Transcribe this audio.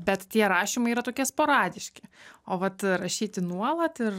bet tie rašymai yra tokie sporadiški o vat rašyti nuolat ir